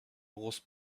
rose